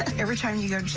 every time you go to